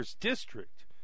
district